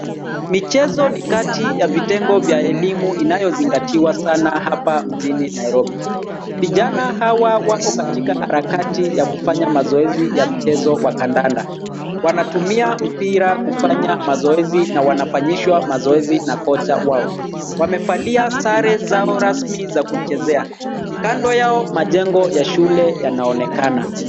Michezo ni kati ya vitengo vya elimu inayozingatiwa sana hapa mjini Nairobi. Vijana hawa wapo katika harakati ya kufanya mazoezi